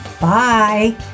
Bye